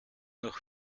noch